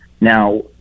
Now